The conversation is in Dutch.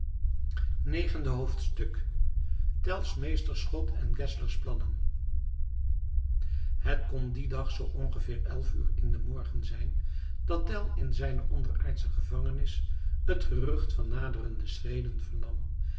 negende hoofdstuk tell's meesterschot en geszler's plannen het kon dien dag zoo ongeveer elf uur in den morgen zijn dat tell in zijne onderaardsche gevangenis het gerucht van nadere schreden vernam